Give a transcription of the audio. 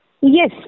Yes